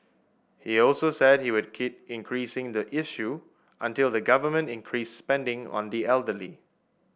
he also said he would keep increasing the issue until the Government increased spending on the elderly